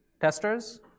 testers